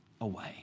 away